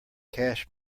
cache